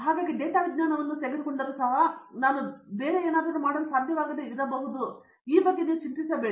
ಹಾಗಾಗಿ ಡೇಟಾ ವಿಜ್ಞಾನವನ್ನು ನಾನು ತೆಗೆದುಕೊಂಡರೆ ಬೇರೆ ಏನಾದರೂ ಮಾಡಲು ಸಾಧ್ಯವಾಗದೆ ಇರಬಹುದು ಎನ್ನುವುದನ್ನು ಚಿಂತಿಸಬೇಡಿ